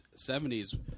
70s